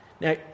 Now